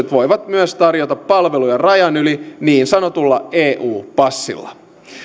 myös tarjota palveluja rajan yli niin sanotulla eu passilla